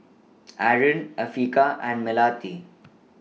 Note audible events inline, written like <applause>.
<noise> Aaron Afiqah and Melati